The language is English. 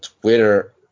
Twitter